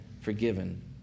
forgiven